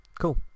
Cool